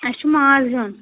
اسہِ چھُ ماز ہیٚوان